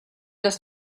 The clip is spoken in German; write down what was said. dass